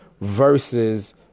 versus